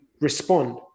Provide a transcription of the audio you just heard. respond